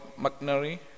McNary